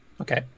Okay